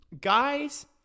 guys